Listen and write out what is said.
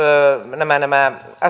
nämä nämä